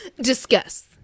discuss